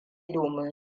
domin